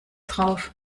drauf